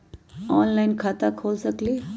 Online खाता खोल सकलीह?